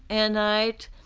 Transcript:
and night,